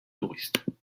touristes